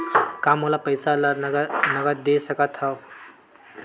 का मोला पईसा ला नगद दे सकत हव?